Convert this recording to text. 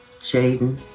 Jaden